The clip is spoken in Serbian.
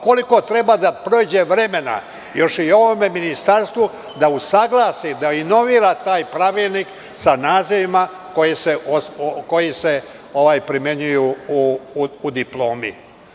Koliko treba da prođe vremena još i u ovom ministarstvu da usaglasi, da inovira taj pravilnik sa nazivima koji se primenjuju u diplomi?